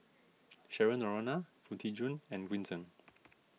Cheryl Noronha Foo Tee Jun and Green Zeng